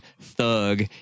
thug